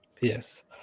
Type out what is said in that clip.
Yes